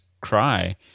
cry